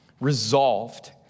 resolved